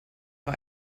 war